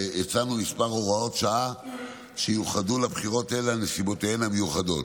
הצענו כמה הוראות שעה שיוחדו לבחירות האלה על נסיבותיהן המיוחדות.